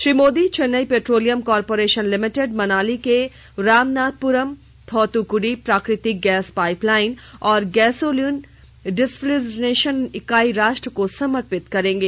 Shri Modi Chennai petroleum corporation limited Manali के रामनाथपुरम थौतुक्डी प्राकृतिक gas pipeline और गैसोलीन डिसल्फ्रिजनेशन इकाई राष्ट्र को समर्पित करेंगे